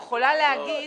אז בין אחת לעשר.